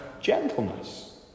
gentleness